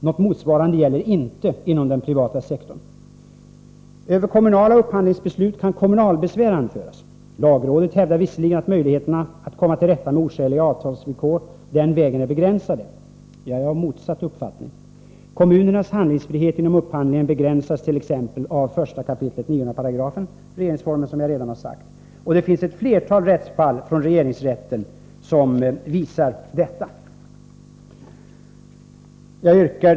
Något motsvarande gäller inte inom den privata sektorn. Över kommunala upphandlingsbeslut kan kommunalbesvär anföras. Lagrådet hävdar visserligen att möjligheten att komma till rätta med oskäliga avtalsvillkor den vägen är begränsad. Jag är av motsatt uppfattning. Kommunernas handlingsfrihet inom upphandlingen begränsas t.ex. av 1 kap. 9§ regeringsformen, som jag redan har sagt. Ett flertal rättsfall från regeringsrätten visar detta. Herr talman!